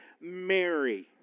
Mary